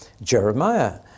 Jeremiah